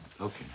okay